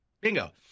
Bingo